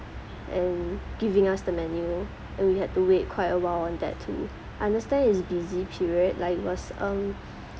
and giving us the menu and we had to wait quite a while on that too understand is busy period like it was um